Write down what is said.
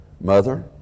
Mother